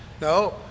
No